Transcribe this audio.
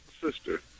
sister